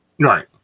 Right